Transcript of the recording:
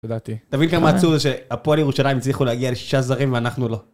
ידעתי. תבין כמה עצוב זה שהפועל ירושלים הצליחו להגיע לשישה זרים ואנחנו לא.